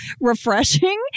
refreshing